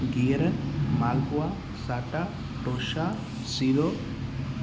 गीहर मालपूआ साटा टोशा सीरो